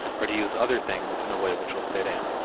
or to use other things in a way which will fit in.